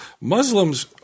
Muslims